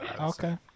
Okay